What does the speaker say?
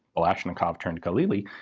balashnikov turned galili,